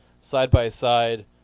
side-by-side